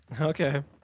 Okay